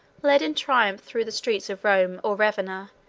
led in triumph through the streets of rome or ravenna,